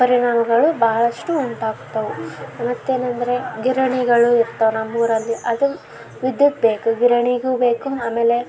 ಪರಿಣಾಮಗಳು ಬಹಳಷ್ಟು ಉಂಟಾಗ್ತವೆ ಮತ್ತು ಏನಂದರೆ ಗಿರಣಿಗಳು ಇರ್ತಾವೆ ನಮ್ಮ ಊರಲ್ಲಿ ಅದು ವಿದ್ಯುತ್ ಬೇಕು ಗಿರಣಿಗೂ ಬೇಕು ಆಮೇಲೆ